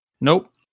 Nope